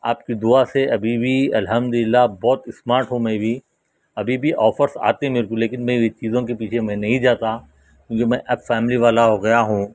آپ کی دعا سے ابھی بھی الحمد للّٰہ بہت اسمارٹ ہوں میں بھی ابھی بھی آفرس آتے میرے کو لیکن میں وہ چیزوں کے پیچھے میں نہیں جاتا کیونکہ میں اب فیملی والا ہو گیا ہوں